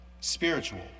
spiritual